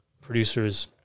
producers